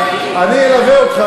אני אלווה אותך.